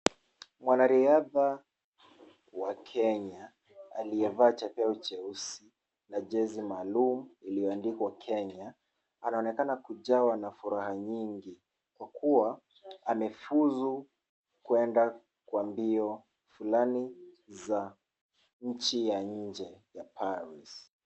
Mwanariadha wa Kenya aliyevaa chepeo cheusi na jezi maalum iliyoandikwa Kenya, anaonekana kujawa na furaha nyingi kwa kuwa amefuzu kwenda kwa mbio fulani za nchi ya nje ya Paris.